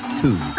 two